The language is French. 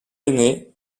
aîné